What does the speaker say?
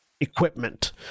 equipment